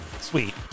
Sweet